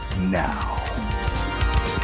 now